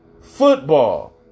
Football